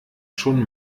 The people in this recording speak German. schon